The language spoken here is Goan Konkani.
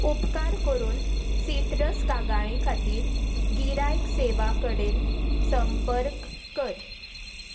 उपकार करून सिटरस कागाळीं खातीर गिरायक सेवा कडेन संपर्क कर